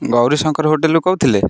ଗୌରୀ ଶଙ୍କର ହୋଟେଲ୍ରୁ କହୁଥିଲେ